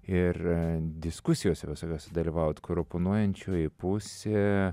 ir diskusijose visokiose dalyvauti kur oponuojančiųjų pusė